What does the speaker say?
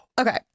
okay